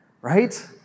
right